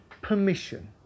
permission